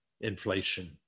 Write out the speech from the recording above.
inflation